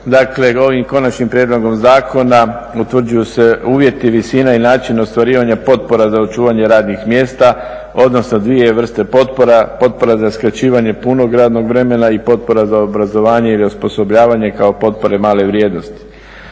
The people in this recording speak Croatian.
Dakle ovim Konačnim prijedlogom Zakona utvrđuju se uvjeti, visina i način ostvarivanja potpora za očuvanje radnih mjesta odnosno dvije vrste potpora, potpora za skraćivanje punog radnog vremena i potpora za obrazovanje ili osposobljavanje kao potpore male vrijednosti.